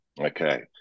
okay